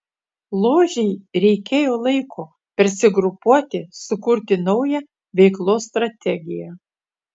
ložei reikėjo laiko persigrupuoti sukurti naują veiklos strategiją